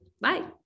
Bye